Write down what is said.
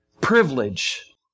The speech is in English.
privilege